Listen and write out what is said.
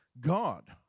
God